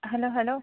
hello hello